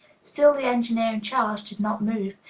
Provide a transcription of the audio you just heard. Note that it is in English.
still the engineer in charge did not move.